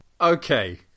okay